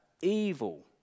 evil